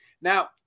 Now